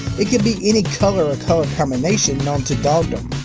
it can be any color or color combination known to dogdom.